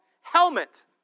helmet